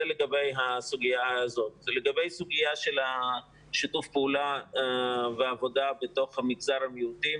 לגבי הסוגיה של שיתוף פעולה ועבודה במגזר המיעוטים